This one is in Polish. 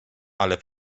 ale